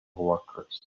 workers